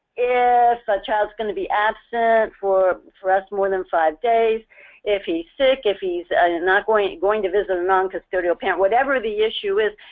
if a child is going to be absent for for us, more than five days if he's sick, if he's going going to visit a non-custodial parent whatever the issue is,